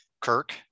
kirk